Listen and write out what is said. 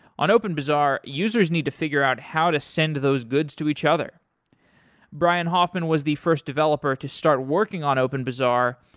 on openbazaar, users need to figure out how to send those goods to each other brian hoffman was the first developer to start working on openbazaar,